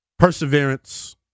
perseverance